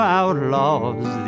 outlaws